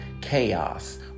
chaos